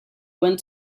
went